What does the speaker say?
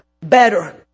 better